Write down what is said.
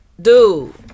dude